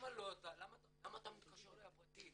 למה לא --- למה אתה מתקשר אליי בפרטי?